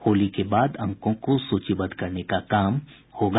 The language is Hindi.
होली के बाद अंकों को सूचीबद्ध करने का काम होगा